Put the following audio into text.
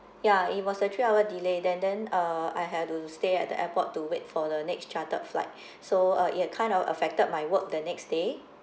ya it was a three hour delay then then uh I have to stay at the airport to wait for the next chartered flight so uh it had kind of affected my work the next day